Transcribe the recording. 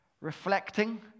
Reflecting